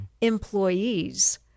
employees